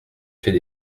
fait